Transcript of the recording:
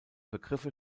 begriffe